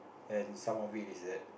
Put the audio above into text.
and some of it is that